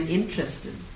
interested